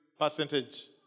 percentage